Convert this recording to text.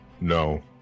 no